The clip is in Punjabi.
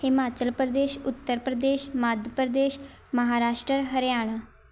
ਹਿਮਾਚਲ ਪ੍ਰਦੇਸ਼ ਉੱਤਰ ਪ੍ਰਦੇਸ਼ ਮੱਧ ਪ੍ਰਦੇਸ਼ ਮਹਾਰਾਸ਼ਟਰ ਹਰਿਆਣਾ